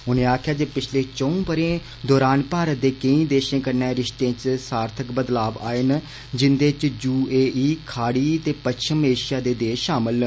उनें आक्खेआ जे पिच्छले चौं बरे दौरान भारत दे केंई देषें कन्नै रिष्तें च सार्थक बदलाव आया ऐ जिंदे च यू ए आई खाड़ी ते पच्छम एषिया दे देष षामल न